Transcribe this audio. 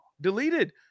deleted